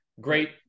Great